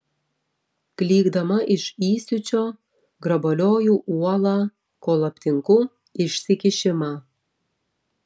klykdama iš įsiūčio grabalioju uolą kol aptinku išsikišimą